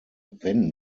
wenn